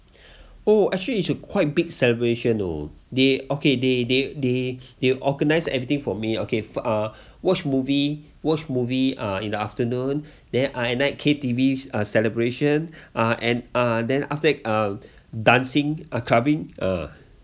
oh actually it's a quite big celebration orh they okay they they they they organize everything for me okay for uh watch movie watch movie uh in the afternoon then uh at night K_T_V uh celebration uh and uh then after that uh dancing ah clubbing ah